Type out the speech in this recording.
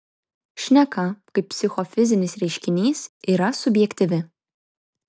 šneka kaip psichofizinis reiškinys yra subjektyvi